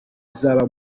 izaba